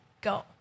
go